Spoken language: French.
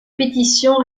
pétition